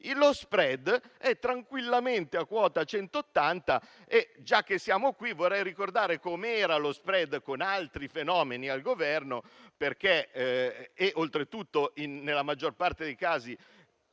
lo *spread* è tranquillamente a quota 180 e, già che ci siamo, vorrei ricordare com'era lo *spread* con altri fenomeni al Governo, oltretutto, nella maggior parte dei casi,